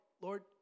Lord